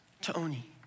Tony